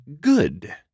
good